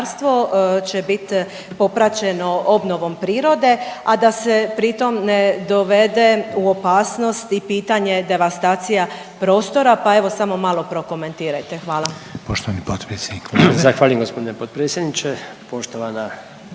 će bit popraćeno obnovom prirode, a da se pritom ne dovede u opasnost i pitanje devastacija prostora, pa evo samo malo prokomentirajte, hvala.